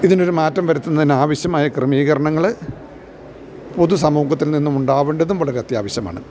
ഇതിനൊരു മാറ്റം വരുത്തുന്നതിനാവശ്യമായ ക്രമീകരണങ്ങള് പൊതുസമൂഹത്തിൽനിന്നും ഉണ്ടാവേണ്ടതും വളരെ അത്യാവശ്യമാണ്